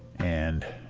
and